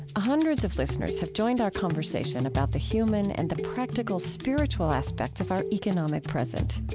hundreds of listeners have joined our conversation about the human and the practical spiritual aspect of our economic present.